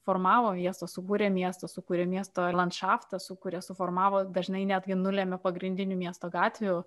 formavo miestą subūrė miestą sukūrė miesto landšaftą sukūrė suformavo dažnai netgi nulemia pagrindinių miesto gatvių